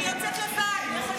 אני יוצאת לבד.